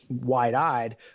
wide-eyed